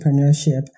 entrepreneurship